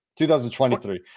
2023